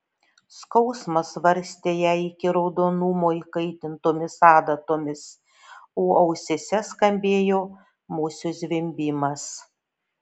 skausmas varstė ją iki raudonumo įkaitintomis adatomis o ausyse skambėjo musių zvimbimas